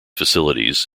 facilities